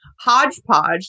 hodgepodge